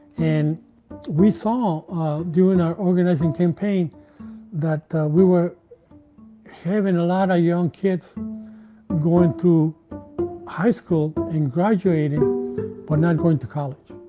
and we saw during our organizing campaign that we were having a lot of ah young kids going to high school and graduating, but not going to college.